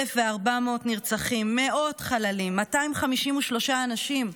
1,400 נרצחים, מאות חללים, 253 אנשים,